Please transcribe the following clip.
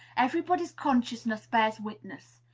everybody's consciousness bears witness.